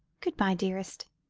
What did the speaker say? good-bye, dearest,